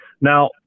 Now